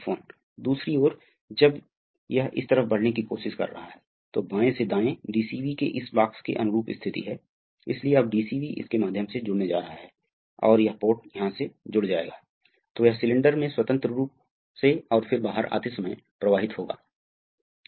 तो जिस क्षण यह एक यांत्रिक स्टॉप पर आता है यह दबाव अब निर्मित होगा क्योंकि इसके माध्यम से कोई और प्रवाह नहीं हो सकता है प्रवाह बंद हो गया है